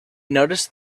noticed